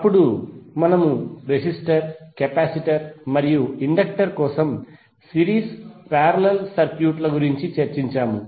అప్పుడు మనము resistor capacitor మరియు ఇండక్టర్ కోసం సిరీస్ మరియు పారేలల్ సర్క్యూట్ల గురించి చర్చించాము